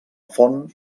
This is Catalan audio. font